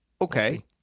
Okay